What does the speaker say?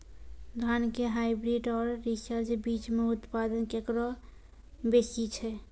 धान के हाईब्रीड और रिसर्च बीज मे उत्पादन केकरो बेसी छै?